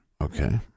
Okay